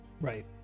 right